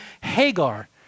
Hagar